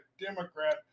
Democrat